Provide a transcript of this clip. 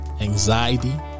anxiety